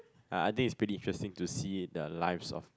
uh I think it's pretty interesting to see the lives of